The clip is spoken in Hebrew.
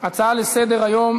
כך מרכזיים,